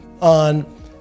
on